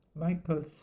Michael